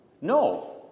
No